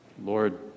Lord